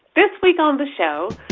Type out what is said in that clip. this week on the show,